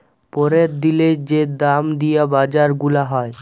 প্যরের দিলের যে দাম দিয়া বাজার গুলা হ্যয়